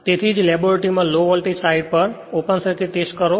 તેથી જ લેબોરેટરીમાં લો વોલ્ટેજ સાઇડ પર ઓપન સર્કિટ ટેસ્ટ કરો